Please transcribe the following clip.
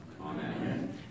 Amen